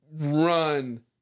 run